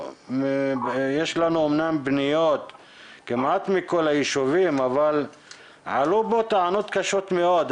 יש לנו פניות כמעט מכל היישובים ועלו פה טענות קשות מאוד.